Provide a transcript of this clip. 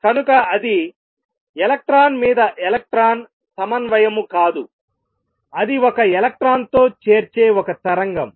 కనుక అది ఎలక్ట్రాన్ మీద ఎలక్ట్రాన్ సమన్వయము కాదుఅది ఒక ఎలక్ట్రాన్ తో చేర్చే ఒక తరంగం